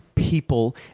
People